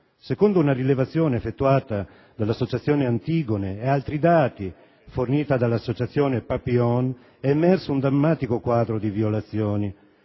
secondo una rilevazione effettuata dall'associazione Antigone e da altri dati forniti dall'associazione Papillon, è emerso un drammatico quadro di violazioni: